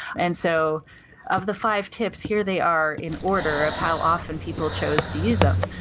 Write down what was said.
and so of the five tips here they are in order of how often people chose to use them.